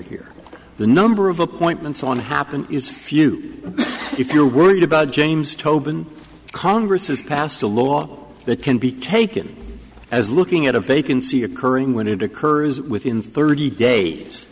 here the number of appointments on happen is few if you're worried about james tobin congress has passed a law that can be taken as looking at a vacancy occurring when it occurs within thirty days